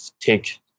take